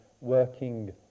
working